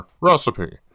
recipe